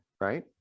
right